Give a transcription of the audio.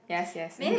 yes yes mmhmm